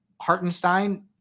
hartenstein